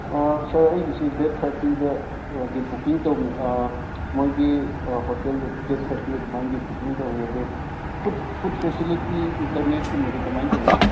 ꯁꯥꯔ ꯑꯩꯒꯤꯁꯤ ꯗꯦꯗ ꯊꯥꯔꯇꯤꯗ ꯍꯥꯏꯗꯤ ꯕꯨꯛꯀꯤꯡ ꯇꯧꯕꯅꯦ ꯃꯣꯏꯒꯤ ꯍꯣꯇꯦꯜꯗ ꯗꯦꯗ ꯊꯥꯔꯇꯤ ꯑꯗꯨꯃꯥꯏꯅꯗꯤ ꯕꯨꯛꯀꯤꯡ ꯇꯧꯋꯦ ꯑꯗꯣ ꯐꯨꯗ ꯐꯦꯁꯤꯂꯤꯇꯤ ꯏꯟꯇꯔꯅꯦꯠ ꯀꯨꯝꯕꯗꯤ ꯀꯃꯥꯏ ꯇꯧꯒꯦ ꯁꯥꯔ